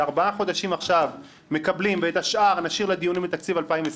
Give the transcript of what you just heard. שארבעה חודשים עכשיו מקבלים ואת השאר נשאיר לדיונים בתקציב 2020,